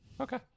okay